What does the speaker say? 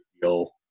feel